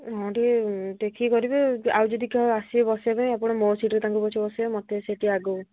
ହଁ ଟିକେ ଦେଖିକି କରିବେ ଆଉ ଯଦି କିଏ ଆସିବେ ବସିବା ପାଇଁ ଆପଣ ମୋ ସିଟ୍ରେ ତାଙ୍କୁ ପଛେ ବସେଇବେ ମୋତେ ସେଠି ଆଗକୁ